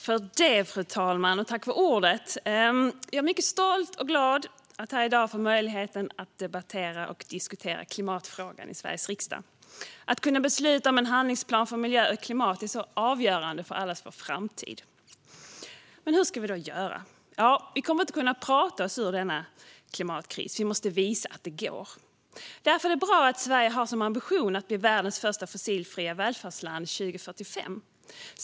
Fru talman! Jag är mycket stolt och glad att här i dag få möjligheten att debattera och diskutera klimatfrågan i Sveriges riksdag. Att kunna besluta om en handlingsplan för miljö och klimat är så avgörande för allas vår framtid. Men hur ska vi då göra? Vi kommer inte kunna prata oss ur denna klimatkris. Vi måste visa att det går att göra något. Därför är det bra att Sverige har som ambition att bli världens första fossilfria välfärdsland 2045.